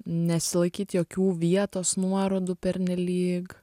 nesilaikyt jokių vietos nuorodų pernelyg